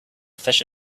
fish